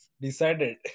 decided